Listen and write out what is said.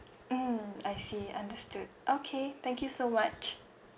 mm I see understood okay thank you so much